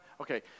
Okay